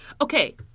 Okay